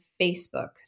Facebook